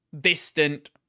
distant